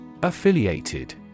Affiliated